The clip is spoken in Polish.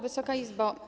Wysoka Izbo!